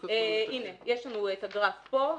הנה, יש לנו את הגרף פה.